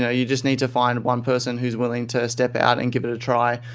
know, you just need to find one person who's willing to step out and give it a try.